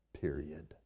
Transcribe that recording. period